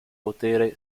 potere